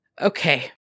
Okay